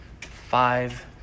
Five